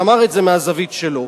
שאמר את זה מהזווית שלו.